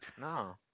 No